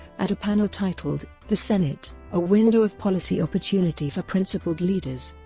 at a panel titled the senate a window of policy opportunity for principled leaders,